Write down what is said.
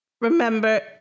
Remember